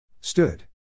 Stood